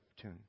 tune